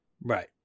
right